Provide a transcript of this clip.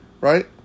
right